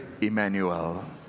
Emmanuel